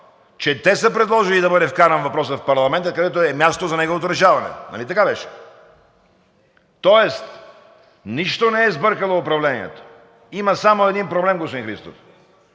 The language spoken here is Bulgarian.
че те са предложили да бъде вкаран въпросът в парламента, където е мястото за неговото решаване. Нали така беше? Тоест нищо не е сбъркало управлението. Има само един проблем, господин Христов,